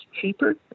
cheaper